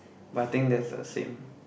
but I think that's the same